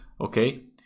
okay